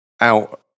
out